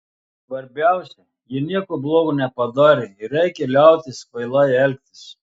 svarbiausia ji nieko blogo nepadarė ir reikia liautis kvailai elgtis